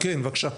כן, בבקשה.